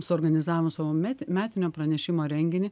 suorganizavom savo meti metinio pranešimo renginį